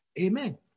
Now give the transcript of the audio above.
Amen